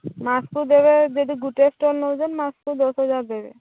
ମାସ୍କୁ ଦେବେ ଯଦି ଯଦି ଗୋଟେ ଷ୍ଟଲ୍ ନେଉଛନ୍ ମାସ୍କୁ ଦଶ୍ ହଜାର ଦେବେ